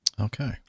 Okay